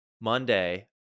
monday